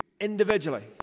individually